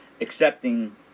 accepting